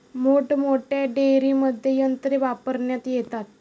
मोठमोठ्या डेअरींमध्ये यंत्रे वापरण्यात येतात